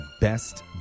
best